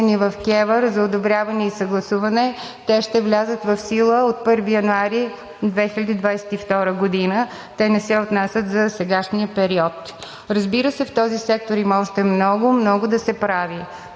в КЕВР за одобряване и съгласуване, те ще влязат в сила от 1 януари 2022 г. Те не се отнасят за сегашния период. Разбира се, в този сектор има още много, много да се прави.